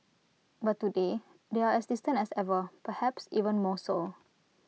but today they are as distant as ever perhaps even more so